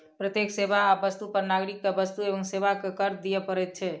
प्रत्येक सेवा आ वस्तु पर नागरिक के वस्तु एवं सेवा कर दिअ पड़ैत अछि